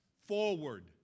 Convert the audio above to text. forward